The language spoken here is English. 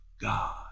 God